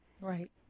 Right